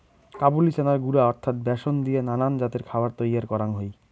কাবুলি চানার গুঁড়া অর্থাৎ ব্যাসন দিয়া নানান জাতের খাবার তৈয়ার করাং হই